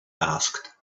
asked